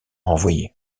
renvoyée